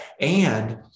and-